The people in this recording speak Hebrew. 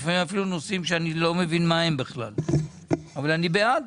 לפעמים אפילו נושאים שאני בכלל לא מבין מה הם אבל אני בעד.